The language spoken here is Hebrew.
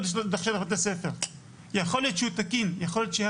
להיות בשטח בית הספר.." יכול להיות שהוא תקין והכל,